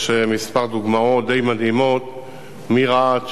יש כמה דוגמאות די מדהימות מרהט,